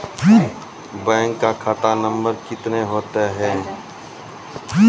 Bank का खाता number कितने होते हैं?